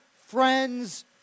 friends